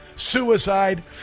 Suicide